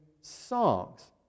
songs